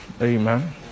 Amen